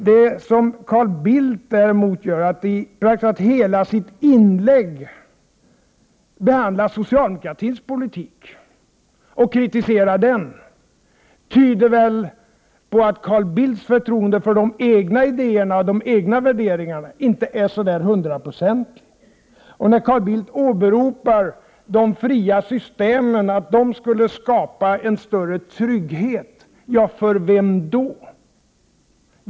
Att Carl Bildt i praktiskt taget hela sitt inlägg behandlar socialdemokratins politik och kritiserar den tyder väl på att Carl Bildts förtroende för de egna idéerna och de egna värderingarna inte är så där hundraprocentigt. Carl Bildt åberopar ”de fria systemen” och säger att de skulle skapa en större trygghet — för vem då?